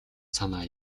санаа